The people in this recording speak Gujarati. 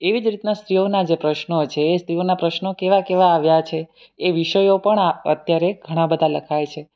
એવી જ રીતના સ્ત્રીઓના જે પ્રશ્નો છે સ્ત્રીઓના પ્રશ્નો કેવા કેવા આવ્યા છે એ વિષયો પણ અત્યારે ઘણા બધા લખાય છે